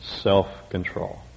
self-control